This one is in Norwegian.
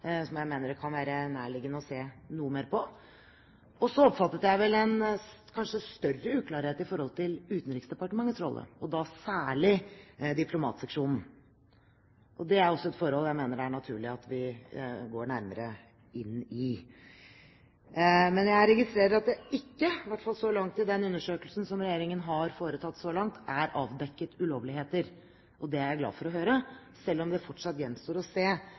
som jeg mener det er nærliggende å se noe mer på. Og så oppfattet jeg vel en kanskje større uklarhet når det gjelder Utenriksdepartementets rolle, og da særlig diplomatseksjonen. Det er jo også et forhold jeg mener det er naturlig at vi går nærmere inn i. Jeg registrerer at det ikke, i hvert fall så langt i den undersøkelsen som regjeringen har foretatt, er avdekket ulovligheter. Det er jeg glad for å høre, selv om det fortsatt gjenstår å se